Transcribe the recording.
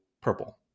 purple